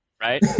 Right